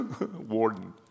Warden